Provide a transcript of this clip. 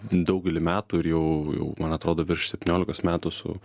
daugelį metų ir jau jau man atrodo virš septyniolikos metų su